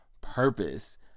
purpose